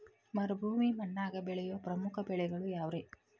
ಮರುಭೂಮಿ ಮಣ್ಣಾಗ ಬೆಳೆಯೋ ಪ್ರಮುಖ ಬೆಳೆಗಳು ಯಾವ್ರೇ?